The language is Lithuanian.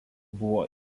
buvo